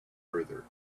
further